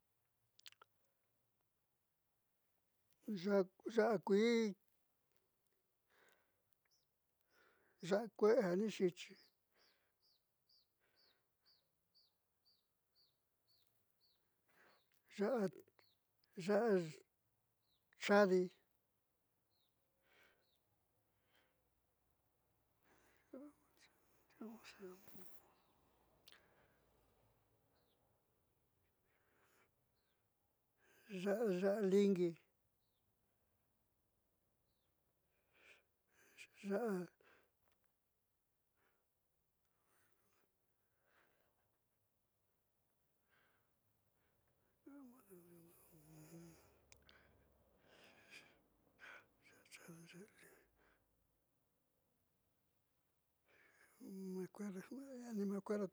Ya'a kuii ya'a kue'e jani xi'ichi ya'a chadi ya'a ya'a lingi ya'a.